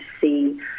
see